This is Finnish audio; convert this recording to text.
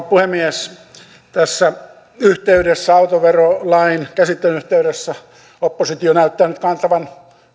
puhemies tässä autoverolain käsittelyn yhteydessä oppositio näyttää nyt kantavan